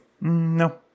No